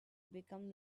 become